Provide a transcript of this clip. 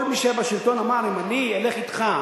כל מי שהיה בשלטון אמר: אם אני אלך אתך,